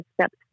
steps